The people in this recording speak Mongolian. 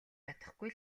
чадахгүй